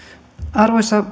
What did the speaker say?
arvoisa